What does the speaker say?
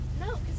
No